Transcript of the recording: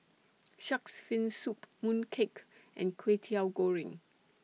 Shark's Fin Soup Mooncake and Kwetiau Goreng